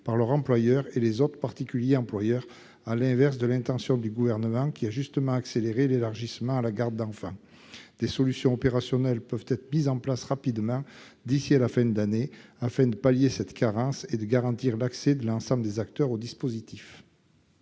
par leur employeur et les autres particuliers employeurs, à l'inverse de l'intention du Gouvernement, qui a justement accéléré l'élargissement à la garde d'enfants. Des solutions opérationnelles peuvent être mises en place rapidement, d'ici à la fin de l'année, afin de pallier cette carence et de garantir l'accès de l'ensemble des acteurs au dispositif.